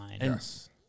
Yes